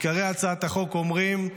עיקרי הצעת החוק אומרים: